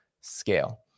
scale